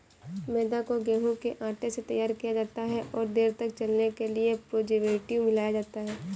मैदा को गेंहूँ के आटे से तैयार किया जाता है और देर तक चलने के लिए प्रीजर्वेटिव मिलाया जाता है